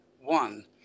One